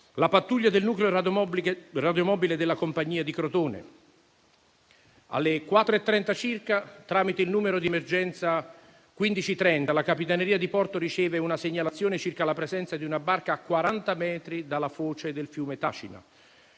la pattuglia del Nucleo radiomobile della compagnia di Crotone; alle ore 4,30 circa, tramite il numero di emergenza 1530, la capitaneria di porto riceve una segnalazione circa la presenza di una barca a 40 metri dalla foce del fiume Tacina;